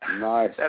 Nice